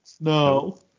no